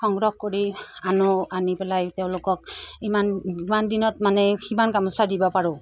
সংগ্ৰহ কৰি আনো আনি পেলাই তেওঁলোকক ইমান ইমান দিনত মানে সিমান গামোচা দিব পাৰোঁ